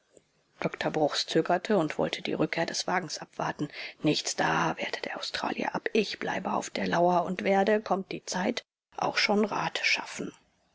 dr bruchs zögerte und wollte die rückkehr des wagens abwarten nichts da wehrte der australier ab ich bleibe auf der lauer und werde kommt die zeit auch schon rat schaffen